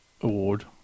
award